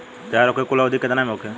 तैयार होखे के कुल अवधि केतना होखे?